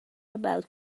about